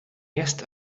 erst